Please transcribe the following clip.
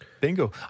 bingo